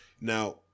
Now